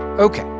ok,